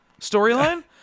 storyline